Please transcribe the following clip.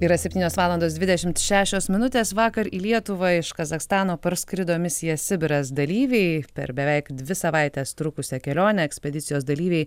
yra septynios valandos dvidešimt šešios minutės vakar į lietuvą iš kazachstano parskrido misija sibiras dalyviai per beveik dvi savaites trukusią kelionę ekspedicijos dalyviai